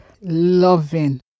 loving